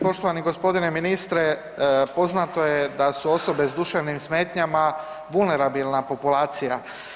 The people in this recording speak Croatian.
Poštovani g. ministre, poznato je da su osobe s duševnim smetnjama vulnerabilna populacija.